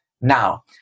Now